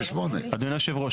אדוני יושב הראש,